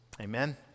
amen